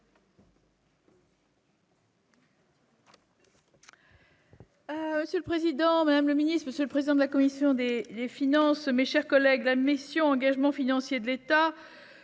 Monsieur le Président, Madame le Ministre, Monsieur le président de la commission dès les finances, mes chers collègues, la messieurs engagement financier de l'État